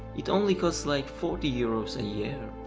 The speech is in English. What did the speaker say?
it only costs like forty euros a year.